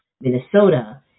Minnesota